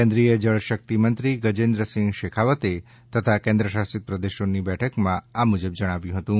કેન્દ્રિય જળશક્તિ મંત્રી ગજેન્દ્રસિંહ શેખાવતે રાજ્યો તથા કેન્દ્ર શાસિત પ્રદેશોની બેઠકમાં આ મુજબ જણાવ્યું હતું